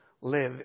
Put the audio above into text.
live